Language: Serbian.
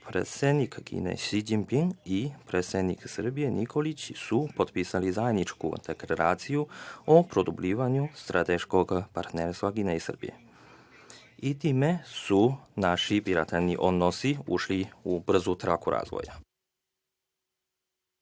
predsednik Kine Si Đinping i predsednik Srbije Nikolić su potpisali zajedničku deklaraciju o produbljivanju strateškog partnerstva Kine i Srbije i time su naši bilateralni odnosi ušli u brzu traku razvoja.